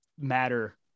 matter